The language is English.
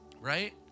right